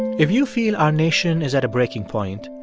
if you feel our nation is at a breaking point,